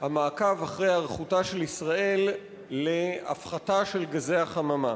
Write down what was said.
המעקב אחרי היערכותה של ישראל להפחתה של גזי החממה.